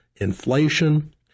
inflation